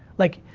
like,